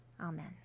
Amen